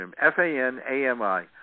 F-A-N-A-M-I